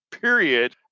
period